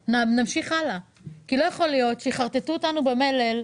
שנמשיך הלאה כי לא יכול להיות שיחרטטו אותנו במלל.